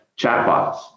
chatbots